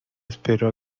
esperó